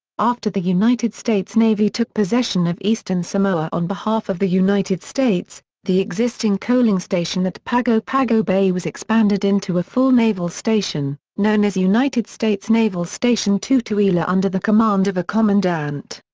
after the united states navy took possession of eastern samoa on behalf of the united states, the existing coaling station at pago pago bay was expanded into a full naval station, known as united states naval station tutuila under the command of a commandant.